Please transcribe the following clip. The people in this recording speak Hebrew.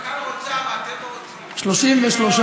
התשע"ז 2017, לא נתקבלה.